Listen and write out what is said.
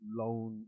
loan